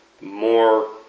more